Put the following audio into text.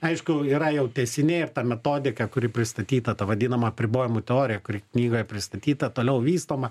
aišku yra jau tęsiniai ir ta metodika kuri pristatyta ta vadinama apribojimų teorija kuri knygoje pristatyta toliau vystoma